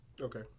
Okay